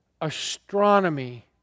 astronomy